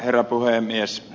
herra puhemies